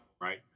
right